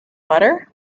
butter